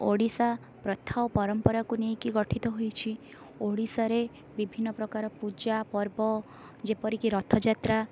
ଓଡ଼ିଶା ପ୍ରଥା ଓ ପରମ୍ପରାକୁ ନେଇକି ଗଠିତ ହୋଇଛି ଓଡ଼ିଶାରେ ବିଭିନ୍ନ ପ୍ରକାର ପୂଜା ପର୍ବ ଯେପରିକି ରଥଯାତ୍ରା